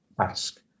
ask